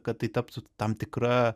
kad tai taptų tam tikra